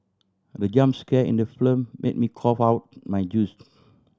the jump scare in the film made me cough out my juice